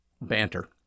banter